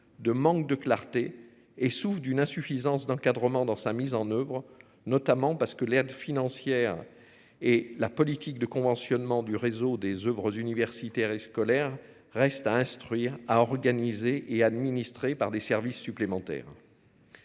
de manque de clarté et souffrent d'une insuffisance d'encadrement dans sa mise en oeuvre, notamment parce que l'aide financière. Et la politique de conventionnement du réseau des Oeuvres universitaires et scolaires reste à instruire à organiser et administrée par des services supplémentaires.